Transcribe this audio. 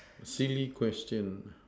silly question